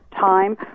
time